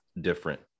different